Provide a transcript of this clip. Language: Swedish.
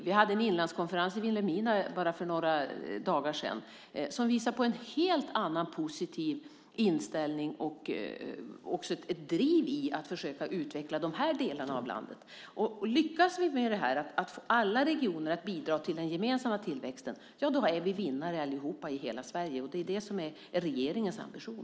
Vi hade en inlandskonferens i Vilhelmina bara för några dagar sedan som visade en helt annan positiv inställning än tidigare och ett driv i att försöka utveckla också de här delarna av landet. Lyckas vi med att få alla regioner att bidra till den gemensamma tillväxten är vi alla vinnare i hela Sverige. Det är det som är regeringens ambition.